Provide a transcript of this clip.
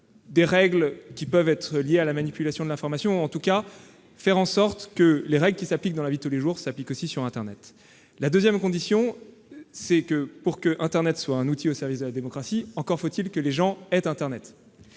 des règles qui peuvent être liées à la manipulation de l'information. Il faut faire en sorte que les règles qui s'appliquent dans la vie de tous les jours s'appliquent aussi sur internet. Ensuite, pour qu'internet soit un outil au service de la démocratie, encore faut-il que les gens y aient